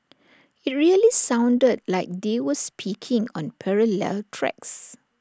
IT really sounded like they were speaking on parallel tracks